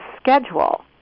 schedule